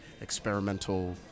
experimental